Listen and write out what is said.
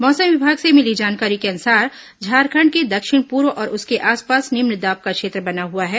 मौसम विभाग से मिली जानकारी के अनुसार झारखंड के दक्षिण पूर्व और उसके आसपास निम्न दाब का क्षेत्र बना हुआ है